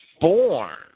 born